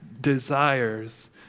desires